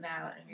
out